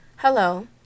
Hello